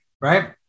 Right